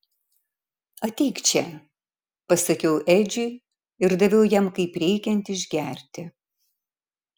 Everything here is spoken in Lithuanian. ateik čia pasakiau edžiui ir daviau jam kaip reikiant išgerti